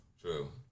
True